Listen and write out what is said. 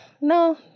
No